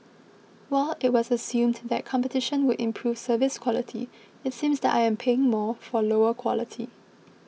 while it was assumed that competition would improve service quality it seems that I am paying more for lower quality